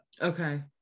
Okay